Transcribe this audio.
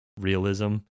realism